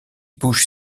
bouche